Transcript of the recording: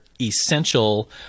essential